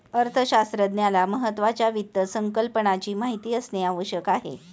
अर्थशास्त्रज्ञाला महत्त्वाच्या वित्त संकल्पनाची माहिती असणे आवश्यक आहे